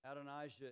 Adonijah